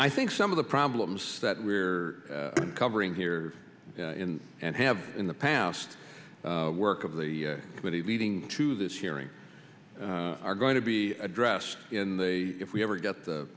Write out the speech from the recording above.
i think some of the problems that we're covering here and have in the past work of the committee leading to this hearing are going to be addressed in the if we ever get the